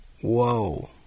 whoa